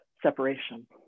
Separation